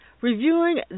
Reviewing